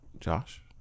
Josh